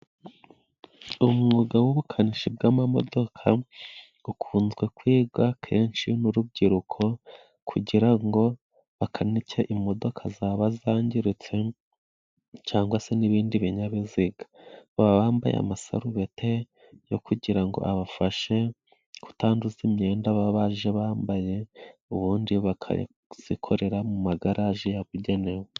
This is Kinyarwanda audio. Umwuga wubukanishi bw'amamodoka, ukunzwe kwigwa kenshi n'urubyiruko, kugira ngo bakanike imodoka zaba zangiritse, cyangwa se n'ibindi binyabiziga. Baba bambaye amasarubete yo kugira ngo abafashe kutanduza imyenda baba baje bambaye, ubundi bakayazikorera mu magaraje yabugenewe.